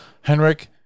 Henrik